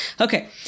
Okay